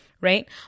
right